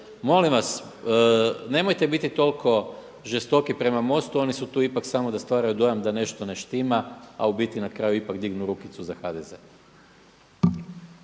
molim vas nemojte biti toliko žestoki prema MOST-u oni su tu ipak samo da stvaraju dojam da nešto ne štima, a u biti na kraju ipak dignu rukicu za HDZ.